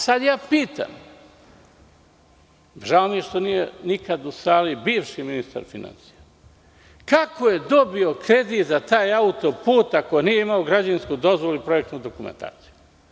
Sada pitam, žao mi je što nije nikad u sali bivši ministar finansija, kako je dobio kredit za taj autoput ako nije imao građevinsku dozvolu i projektnu dokumentaciju?